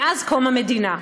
מאז קום המדינה.